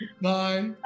Bye